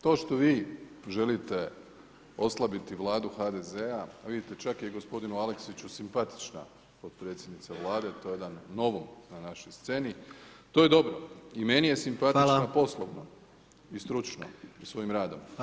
To što vi želite oslabiti Vladu HDZ-a, vidite čak je i gospodinu Aleksiću simpatična potpredsjednica Vlada, to je jedna novom na našoj sceni, to je dobro i meni je simpatično poslovno i stručno i svojim radom.